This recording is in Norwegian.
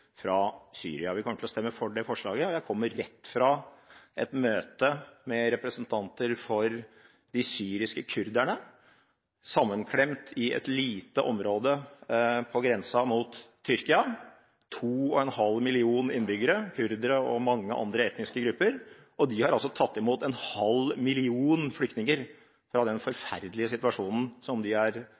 fra Syria. Vi kommer til å stemme for det forslaget. Jeg kommer rett fra et møte med representanter for de syriske kurderne, sammenklemt i et lite område på grensa mot Tyrkia – 2,5 millioner innbyggere, kurdere og mange andre etniske grupper. De har tatt imot en halv million flyktninger fra den forferdelige situasjonen som de er omgitt av, og i den svært vanskelige situasjonen som de selv er